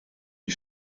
die